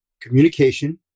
communication